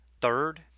Third